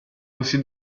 così